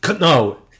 No